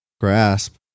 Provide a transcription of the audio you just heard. grasp